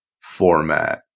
format